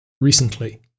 Recently